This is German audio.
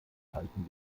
halten